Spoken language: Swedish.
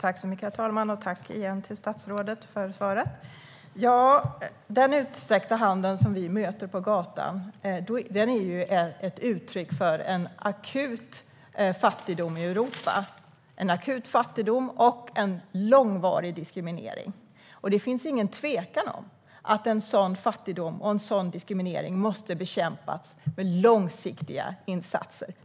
Herr talman! Tack igen till statsrådet för svaret! Den utsträckta hand som vi möter på gatan är ett uttryck för en akut fattigdom och en långvarig diskriminering i Europa. Det finns ingen tvekan om att sådan fattigdom och diskriminering måste bekämpas med långsiktiga insatser.